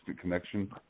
connection